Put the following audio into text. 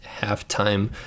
halftime